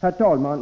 Herr talman!